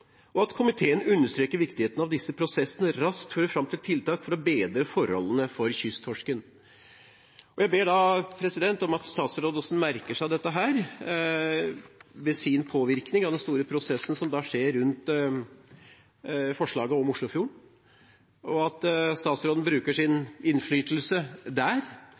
egnet måte. Komiteen understreker viktigheten av at disse prosessene raskt fører frem til tiltak for å bedre forholdene for kysttorsken.» Jeg ber om at statsråden også merker seg dette ved sin påvirkning av den store prosessen som skjer rundt forslaget om Oslofjorden, og at statsråden bruker sin innflytelse